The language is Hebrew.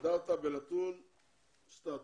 האנדרטה בלטרון - סטטוס.